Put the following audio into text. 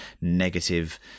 negative